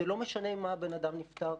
זה לא משנה ממה הבן אדם נפטר,